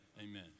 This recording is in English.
amen